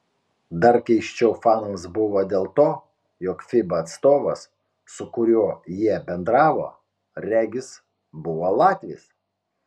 dar keisčiau fanams buvo dėl to jog fiba atstovas su kuriuo jie bendravo regis buvo latvis